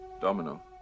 Domino